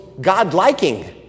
God-liking